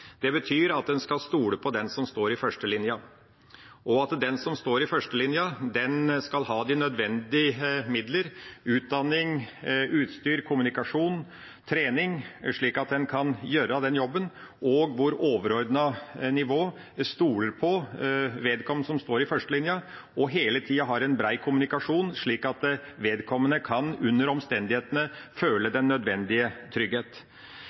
skal stole på den som står i førstelinja, og den som står i førstelinja, skal ha de nødvendige midler – utdanning, utstyr, kommunikasjon og trening – slik at en kan gjøre den jobben. Og det overordnede nivået skal stole på vedkommende som står i førstelinja, og det skal hele tida være en bred kommunikasjon, slik at vedkommende under de rådende omstendigheter kan føle den nødvendige trygghet.